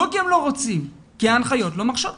לא כי הם לא רוצים, כי ההנחיות לא מרשות להם.